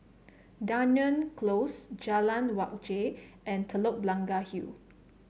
Dunearn Close Jalan Wajek and Telok Blangah Hill